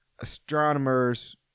Astronomers